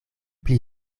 pli